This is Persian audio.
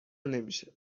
نمیشه